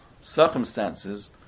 circumstances